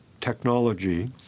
technology